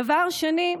דבר שני,